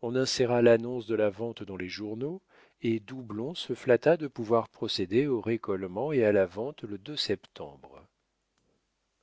on inséra l'annonce de la vente dans les journaux et doublon se flatta de pouvoir procéder au récolement et à la vente le septembre